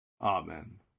Amen